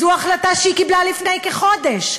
זו החלטה שהיא קיבלה לפני כחודש,